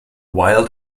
wild